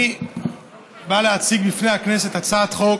אני בא להציג בפני הכנסת הצעת חוק